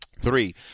Three